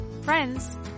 friends